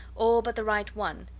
all but the right one,